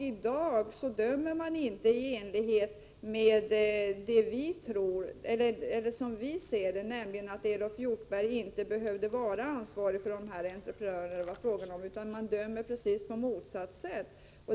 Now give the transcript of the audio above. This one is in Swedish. I dag dömer man inte som man gjorde då, nämligen att Elof Hjortberg inte behövde vara ansvarig för de här entreprenörerna, utan man dömer på precis motsatt sätt.